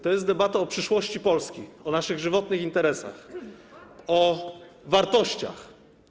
To jest debata o przyszłości Polski, o naszych żywotnych interesach, o wartościach.